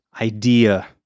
idea